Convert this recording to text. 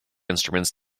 instruments